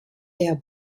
der